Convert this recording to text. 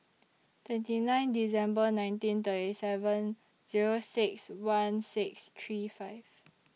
twenty nine December nineteen thirty seven Zero six one six three five